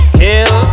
kill